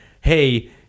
hey